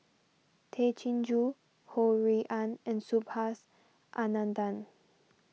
Tay Chin Joo Ho Rui An and Subhas Anandan